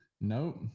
Nope